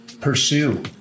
pursue